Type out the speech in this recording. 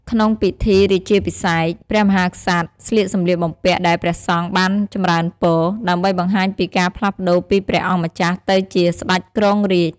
ក្នុងពិធីរាជាភិសេក ព្រះមហាក្សត្រស្លៀកសំលៀកបំពាក់ដែលព្រះសង្ឃបានចម្រើនពរ ដើម្បីបង្ហាញពីការផ្លាស់ប្តូរពីព្រះអង្គម្ចាស់ទៅជាស្ដេចគ្រងរាជ្យ។